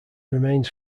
remains